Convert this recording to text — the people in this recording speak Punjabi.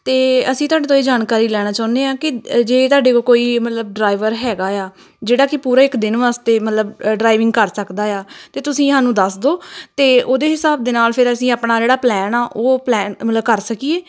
ਅਤੇ ਅਸੀਂ ਤੁਹਾਡੇ ਤੋਂ ਇਹ ਜਾਣਕਾਰੀ ਲੈਣਾ ਚਾਹੁੰਦੇ ਹਾਂ ਕਿ ਜੇ ਤੁਹਾਡੇ ਕੋਈ ਮਤਲਬ ਡਰਾਈਵਰ ਹੈਗਾ ਆ ਜਿਹੜਾ ਕਿ ਪੂਰਾ ਇੱਕ ਦਿਨ ਵਾਸਤੇ ਮਤਲਬ ਡਰਾਈਵਿੰਗ ਕਰ ਸਕਦਾ ਆ ਤਾਂ ਤੁਸੀਂ ਸਾਨੂੰ ਦੱਸ ਦਿਓ ਅਤੇ ਉਹਦੇ ਹਿਸਾਬ ਦੇ ਨਾਲ ਫਿਰ ਅਸੀਂ ਆਪਣਾ ਜਿਹੜਾ ਪਲੈਨ ਆ ਉਹ ਪਲੈਨ ਮਤਲਬ ਕਰ ਸਕੀਏ